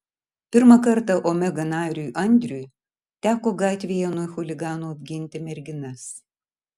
pirmą kartą omega nariui andriui teko gatvėje nuo chuliganų apginti merginas